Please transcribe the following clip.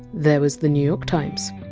there was the new york times!